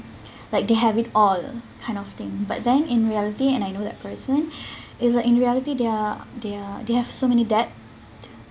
like they have it all kind of thing but then in reality and I know that person it's like in reality they are they are they have so many debt